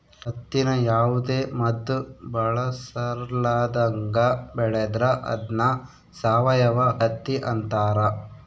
ಹತ್ತಿನ ಯಾವುದೇ ಮದ್ದು ಬಳಸರ್ಲಾದಂಗ ಬೆಳೆದ್ರ ಅದ್ನ ಸಾವಯವ ಹತ್ತಿ ಅಂತಾರ